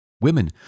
Women